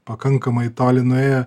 pakankamai toli nuėję